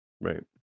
Right